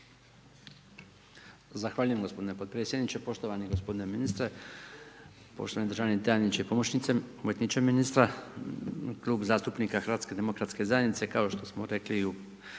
Zahvaljujem gospodine podpredsjedniče, poštovani gospodine ministre, poštovani državni tajniče, pomoćniče ministra. Klub zastupnika HDZ-a kao što smo rekli i